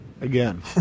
Again